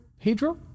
Pedro